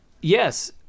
Yes